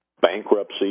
Bankruptcy